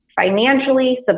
financially